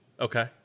Okay